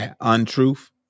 untruth